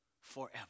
forever